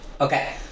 Okay